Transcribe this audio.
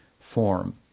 form